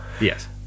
Yes